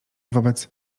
wobec